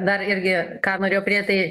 dar irgi ką norėjau pridėt tai